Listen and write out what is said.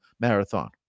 marathon